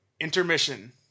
intermission